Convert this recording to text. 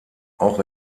auch